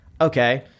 okay